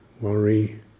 worry